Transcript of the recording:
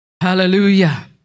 Hallelujah